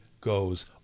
goes